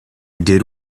did